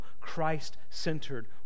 Christ-centered